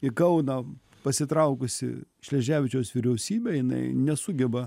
į kauną pasitraukusi šleževičiaus vyriausybė jinai nesugeba